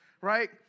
right